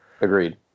Agreed